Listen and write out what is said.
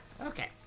okay